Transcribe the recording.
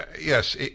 Yes